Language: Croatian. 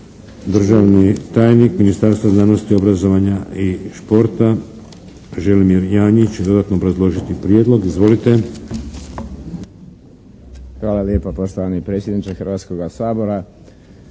Državni tajnik Ministarstva znanosti, obrazovanja i športa Želimir Janjić će dodatno obrazložiti prijedlog. Izvolite. **Janjić, Želimir (HSLS)** Hvala lijepa poštovani predsjedniče Hrvatskog sabora,